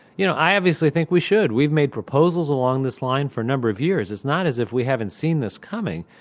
you know i obviously think we should. we've made proposals along this line for a number of years. it's not as if we haven't seen this coming,